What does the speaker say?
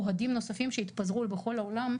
המספר של אוהדים נוספים שהתפזרו בכל העולם,